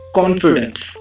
confidence